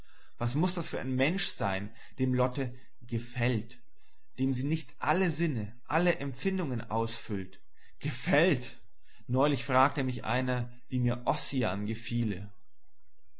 was muß das für ein mensch sein dem lotte gefällt dem sie nicht alle sinne alle empfindungen ausfüllt gefällt gefällt neulich fragte mich einer wie mir ossian gefiele